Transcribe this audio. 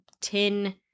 tin